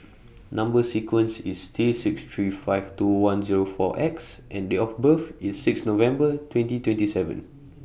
Number sequence IS T six three five two one Zero four X and Date of birth IS six November twenty twenty seven